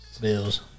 Bills